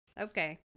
Okay